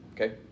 okay